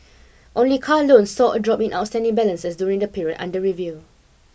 only car loans saw a drop in outstanding balances during the period under review